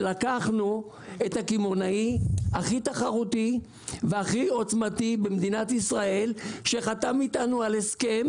לקחנו את הקמעונאי התחרותי והעוצמתי במדינת ישראל שחתם איתנו על הסכם,